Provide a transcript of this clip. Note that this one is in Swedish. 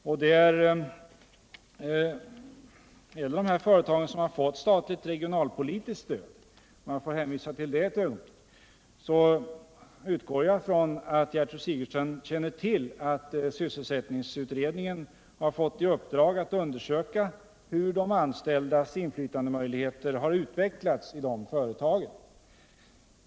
Om jag ett ögonblick får hänvisa till de företag som fått statligt regionalpolitiskt stöd utgår jag från att Gertrud Sigurdsen känner till att sysselsättningsutredningen fått i uppdrag att undersöka hur de anställdas inflytandemöjligheter utvecklats i de företagen.